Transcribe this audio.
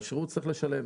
ועל שירות צריך לשלם